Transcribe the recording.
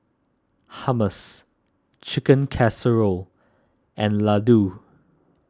Hummus Chicken Casserole and Ladoo